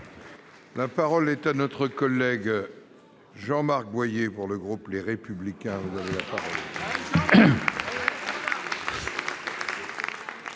La parole est à M. Jean-Marc Boyer, pour le groupe Les Républicains.